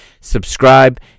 subscribe